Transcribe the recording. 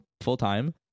full-time